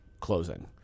closing